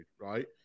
right